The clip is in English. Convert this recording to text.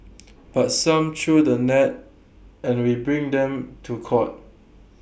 but some through the net and we bring them to court